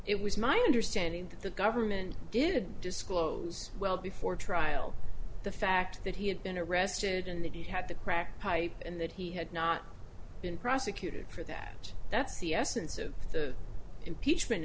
it was my understanding that the government did disclose well before trial the fact that he had been arrested and that he had the crack pipe and that he had not been prosecuted for that that's the essence of the impeachment